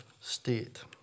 state